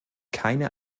keine